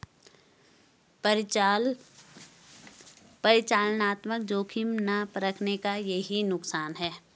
परिचालनात्मक जोखिम ना परखने का यही नुकसान है